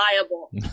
liable